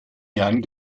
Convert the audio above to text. jahren